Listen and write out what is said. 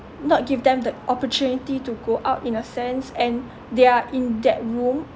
not give them the opportunity to go out in a sense and they are in that room